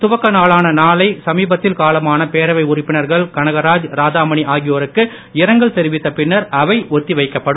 துவக்க நாளான நாளை சமீபத்தில் காலமான பேரவை உறுப்பினர்கள் கனகராஜ் ராதாமணி ஆகியோருக்கு இரங்கல் தெரிவித்த பின்னர் அவை ஒத்தி வைக்கப்படும்